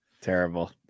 Terrible